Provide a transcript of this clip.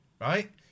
right